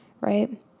right